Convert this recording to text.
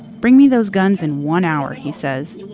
bring me those guns in one hour he says,